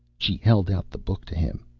she held out the book to him,